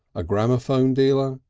a gramaphone dealer,